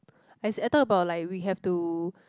I talk about like we have to